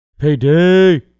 Payday